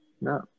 No